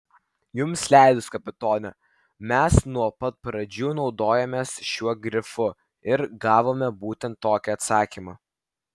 jums leidus kapitone mes nuo pat pradžių naudojomės šiuo grifu ir gavome būtent tokį atsakymą